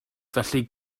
felly